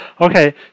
Okay